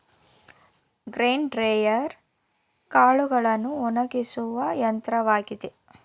grain dryer ಕಾಳುಗಳನ್ನು ಒಣಗಿಸುವ ಯಂತ್ರವಾಗಿದೆ